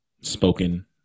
Spoken